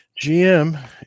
gm